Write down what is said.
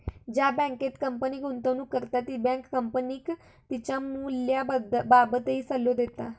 ज्या बँकेत कंपनी गुंतवणूक करता ती बँक कंपनीक तिच्या मूल्याबाबतही सल्लो देता